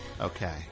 Okay